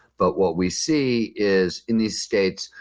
but what we see is in these states,